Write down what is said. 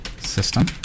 system